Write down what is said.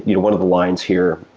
you know one of the lines here